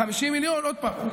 אז ה-50 מיליון, זה